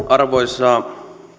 arvoisa